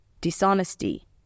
Dishonesty